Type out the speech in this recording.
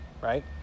right